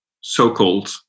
so-called